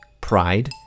pride